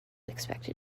expected